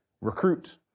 recruit